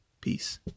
Peace